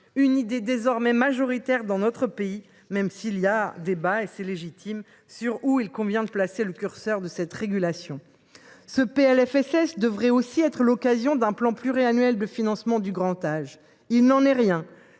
une idée désormais majoritaire dans notre pays, même s’il y a débat – c’est légitime – sur l’endroit où il convient de placer le curseur de cette régulation. Ce PLFSS devrait en l’état être l’occasion d’établir un plan pluriannuel de financement du grand âge. Or, non seulement